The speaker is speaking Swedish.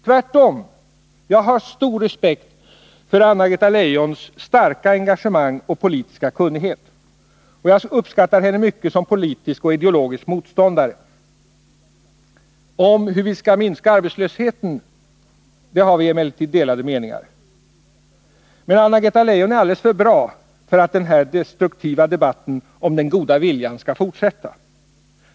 Jag har tvärtom stor respekt för hennes starka engagemang och politiska kunnighet, och jag uppskattar henne mycket som politisk och ideologisk motståndare. Om hur arbetslösheten skall kunna minskas har vi emellertid delade meningar. Anna-Greta Leijon är alldeles för bra för att den här destruktiva debatten om den goda viljan skall fortsätta.